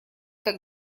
так